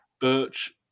Birch